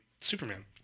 Superman